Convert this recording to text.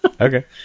Okay